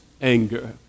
anger